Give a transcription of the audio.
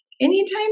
anytime